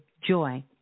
joy